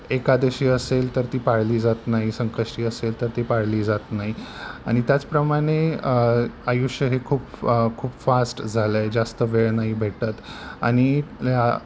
एकादशी असेल तर ती पाळली जात नाही संकष्टी असेल तर ती पाळली जात नाही आणि त्याचप्रमाणे आयुष्य हे खूप खूप फास्ट झालं आहे जास्त वेळ नाही भेटत आणि